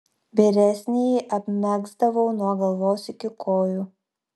vyresnįjį apmegzdavau nuo galvos iki kojų